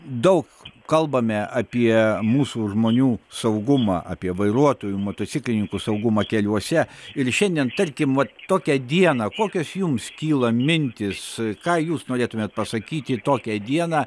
daug kalbame apie mūsų žmonių saugumą apie vairuotojų motociklininkų saugumą keliuose ir šiandien tarkim vat tokią dieną kokios jums kyla mintys ką jūs norėtumėt pasakyti tokią dieną